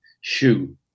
shoe